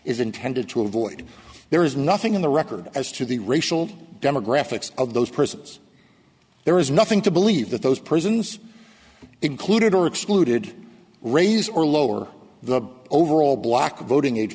is intended to avoid there is nothing in the record as to the racial demographics of those persons there is nothing to believe that those persons included or excluded raise or lower the overall black voting age